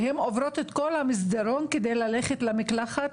והן עוברות את כל המסדרון כדי ללכת למקלחת,